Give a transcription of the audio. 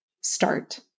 start